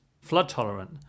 flood-tolerant